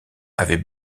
avait